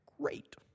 great